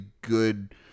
good